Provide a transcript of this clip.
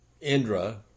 Indra